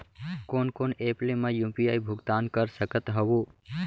कोन कोन एप ले मैं यू.पी.आई भुगतान कर सकत हओं?